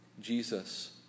Jesus